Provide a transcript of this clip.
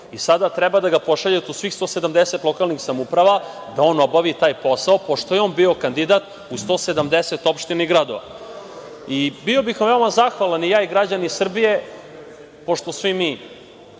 i sada treba da ga pošaljete u svih 170 lokalnih samouprava da on obavi taj posao, pošto je on bio kandidat u 170 opština i gradova. Bio bih vam veoma zahvalan, i ja i građani Srbije, pošto svi mi